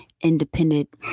independent